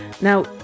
Now